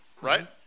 right